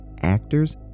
actors